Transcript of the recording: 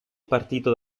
partito